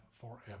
forever